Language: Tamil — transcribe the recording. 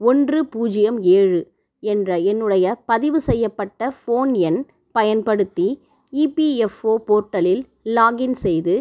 ஒன்று பூஜ்ஜியம் ஏழு என்ற என்னுடைய பதிவு செய்யப்பட்ட ஃபோன் எண் பயன்படுத்தி இபிஎஃப்ஓ போர்ட்டலில் லாகின் செய்து